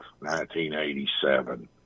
1987